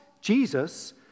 Jesus